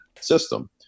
system